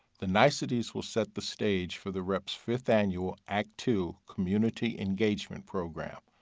the niceties will set the stage for the rep's fifth annual act two community engagement program.